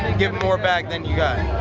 give em more back than you got.